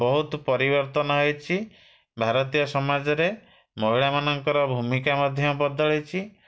ବହୁତ ପରିବର୍ତ୍ତନ ହେଇଛି ଭାରତୀୟ ସାମାଜରେ ମହିଳାମାନଙ୍କର ଭୂମିକା ମଧ୍ୟ ବଦଳିଛି